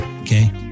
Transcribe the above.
okay